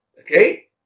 Okay